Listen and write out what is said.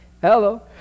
hello